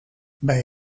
bij